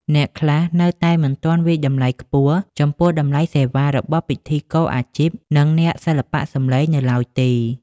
អ្នកខ្លះនៅតែមិនទាន់វាយតម្លៃខ្ពស់ចំពោះ តម្លៃសេវា របស់ពិធីករអាជីព និងអ្នកសិល្បៈសំឡេងនៅឡើយទេ។